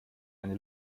eine